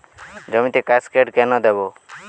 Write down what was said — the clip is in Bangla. জমিতে কাসকেড কেন দেবো?